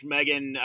Megan